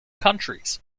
countries